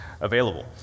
available